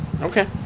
Okay